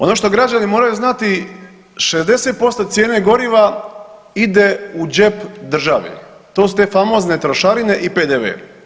Ono što građani moraju znati 60% cijene goriva ide u džep države, to su te famozne trošarine i PDV.